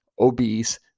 obese